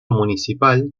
municipal